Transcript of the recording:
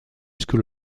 school